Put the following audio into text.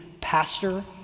pastor